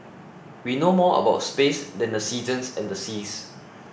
we know more about space than the seasons and the seas